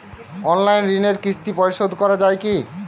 Online ঋণের কিস্তি পরিশোধ করা যায় কি?